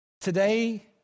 Today